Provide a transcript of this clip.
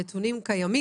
הנתונים קיימים,